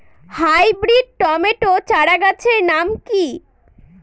Hybrid tomato চারাগাছের নাম কি?